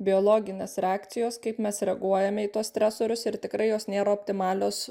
biologinės reakcijos kaip mes reaguojame į tuos stresorius ir tikrai jos nėra optimalios